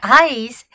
eyes